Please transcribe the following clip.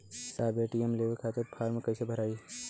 साहब ए.टी.एम लेवे खतीं फॉर्म कइसे भराई?